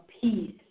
peace